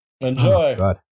Enjoy